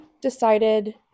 decided